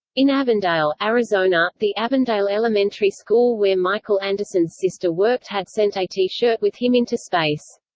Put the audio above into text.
in avondale, arizona, the avondale elementary school where michael anderson's sister worked had sent a t-shirt with him into space.